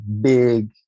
big